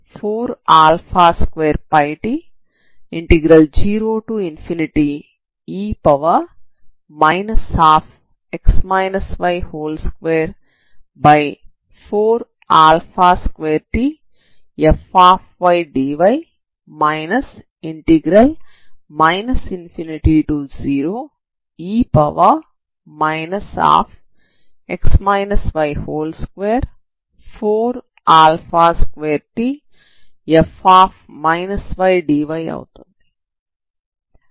అప్పుడు u1xt|x014α2πt0e 242tfdy ∞0e x y242tfdy అవుతుంది